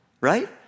Right